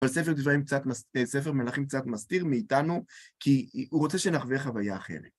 אבל ספר דברים קצת מס.. אה ספר מלכים קצת מסתיר מאיתנו, כי הוא רוצה שנחווה חוויה אחרת.